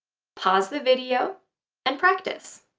pause the video and practice!